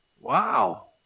Wow